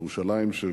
ירושלים של